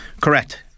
Correct